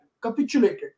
capitulated